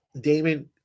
Damon